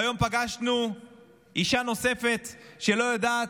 והיום פגשנו אישה נוספת שלא יודעת,